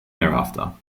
thereafter